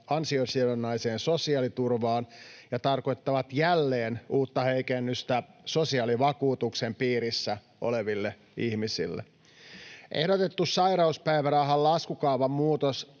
ansiosidonnaiseen sosiaaliturvaan ja tarkoittavat jälleen uutta heikennystä sosiaalivakuutuksen piirissä oleville ihmisille. Ehdotettu sairauspäivärahan laskukaavan muutos